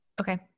Okay